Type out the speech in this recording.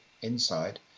inside